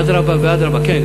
אדרבה ואדרבה, כן.